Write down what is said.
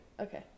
Okay